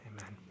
amen